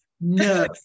no